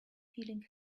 feeling